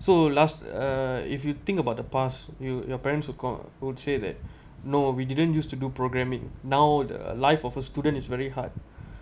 so last uh if you think about the past you your parents who call would say that no we didn't use to do programming now the life of a student is very hard